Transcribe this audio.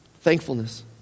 Thankfulness